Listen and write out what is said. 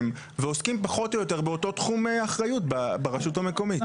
ועוסקים פחות או יותר באותו תחום אחריות ברשות המקומית.